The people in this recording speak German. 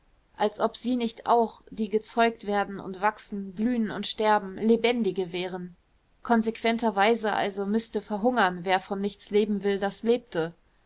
als ob sie nicht auch die gezeugt werden und wachsen blühen und sterben lebendige wären konsequenterweise also müßte verhungern wer von nichts leben will das lebte